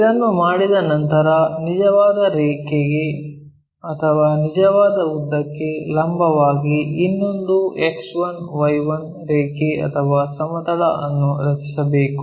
ಇದನ್ನು ಮಾಡಿದ ನಂತರ ನಿಜವಾದ ರೇಖೆಗೆ ಅಥವಾ ನಿಜವಾದ ಉದ್ದಕ್ಕೆ ಲಂಬವಾಗಿ ಇನ್ನೊಂದು X1 Y1 ರೇಖೆ ಅಥವಾ ಸಮತಲ ಅನ್ನು ರಚಿಸಬೇಕು